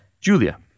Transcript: Julia